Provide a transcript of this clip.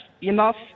enough